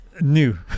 New